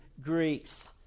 Greeks